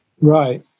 Right